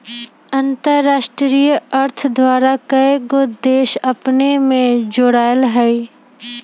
अंतरराष्ट्रीय अर्थ द्वारा कएगो देश अपने में जोरायल हइ